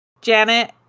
Janet